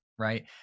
right